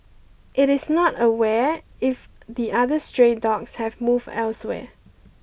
it is not aware if the other stray dogs have moved elsewhere